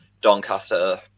Doncaster